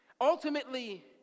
Ultimately